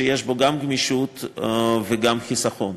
שיש בו גם גמישות וגם חיסכון.